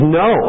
no